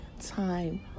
time